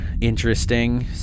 interesting